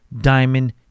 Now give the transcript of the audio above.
diamond